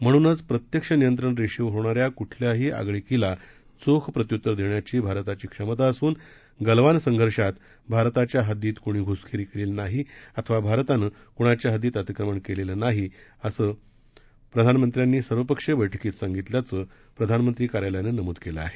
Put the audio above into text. म्हणूनच प्रत्यक्ष नियंत्रण रेषेवर होणाऱ्या कुठल्याही आगळिकीला चोख प्रत्युत्तर देण्याची भारताची क्षमता असून गलवान संघर्षात भारताच्या हद्दीत कुणी घुसखोरी केलेली नाही अथवा भारतानं कुणाच्या हद्दीत अतिक्रमण केलेलं नाही असं पंतप्रधानांनी सर्वपक्षीय बैठकीत सांगितल्याचं प्रधामंत्री कार्यालयानं नमूद केलं आहे